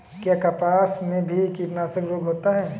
क्या कपास में भी कीटनाशक रोग होता है?